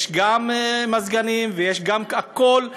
יש גם מזגנים והכול,